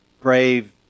brave